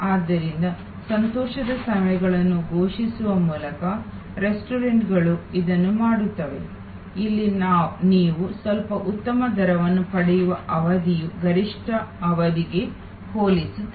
ಆದ್ದರಿಂದ ಸಂತೋಷದ ಸಮಯಗಳನ್ನು ಘೋಷಿಸುವ ಮೂಲಕ ರೆಸ್ಟೋರೆಂಟ್ಗಳು ಇದನ್ನು ಮಾಡುತ್ತವೆ ಅಲ್ಲಿ ನೀವು ಸ್ವಲ್ಪ ಉತ್ತಮ ದರವನ್ನು ಪಡೆಯುವ ಅವಧಿಯು ಗರಿಷ್ಠ ಅವಧಿಗೆ ಹೋಲಿಸುತ್ತದೆ